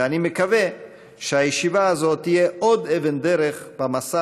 ואני מקווה שהישיבה הזאת תהיה עוד אבן דרך במסע